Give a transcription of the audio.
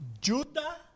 Judah